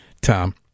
Tom